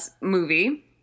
movie